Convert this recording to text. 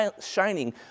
shining